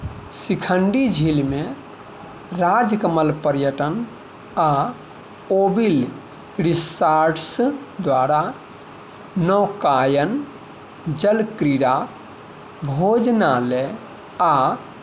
सिखण्डी झीलमे राजकमल पर्यटन आ ओविल रिसार्ट्स द्वारा नौकायन जलक्रीड़ा भोजनालय आ